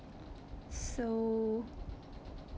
so